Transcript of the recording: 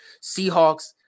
Seahawks